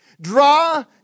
Draw